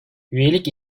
üyelik